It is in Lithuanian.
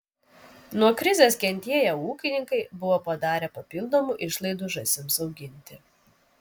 nuo krizės kentėję ūkininkai buvo padarę papildomų išlaidų žąsims auginti